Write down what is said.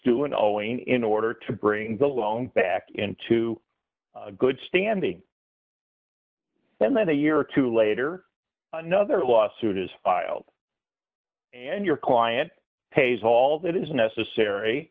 all ing in order to bring the long back into good standing and then a year or two later another lawsuit is filed and your client pays all that is necessary